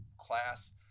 class